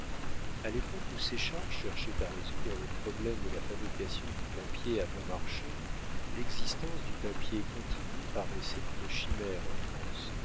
a l'époque où séchard cherchait à résoudre le problème de la fabrication du papier à bon marché l'existence du papier continu paraissait une chimère en france